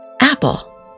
apple